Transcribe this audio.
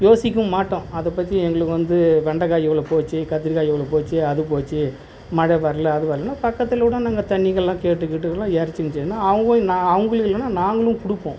யோசிக்கவும் மாட்டோம் அதைப் பற்றி எங்களுக்கு வந்து வெண்டக்காய் இவ்வளோ போச்சு கத்திரிக்காய் இவ்வளோ போச்சு அது போச்சு மழை வரல அது வரலன்னா பக்கத்தில் கூட நாங்கள் தண்ணிகள்லாம் கேட்டுக்கிட்டு கூட இறச்சிக்கிலாம் அவங்களும் அவங்களும் இல்லைன்னா நாங்களும் கொடுப்போம்